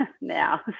now